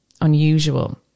unusual